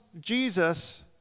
Jesus